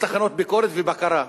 בתחנות ביקורת ובקרה.